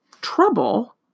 trouble